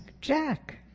Jack